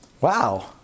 Wow